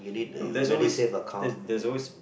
look there's always there there's always